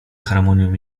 harmonią